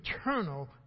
eternal